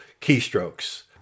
keystrokes